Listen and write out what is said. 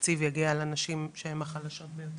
שהתקציב יגיע לנשים שהן החלשות ביותר.